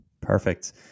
Perfect